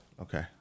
Okay